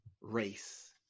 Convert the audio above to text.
race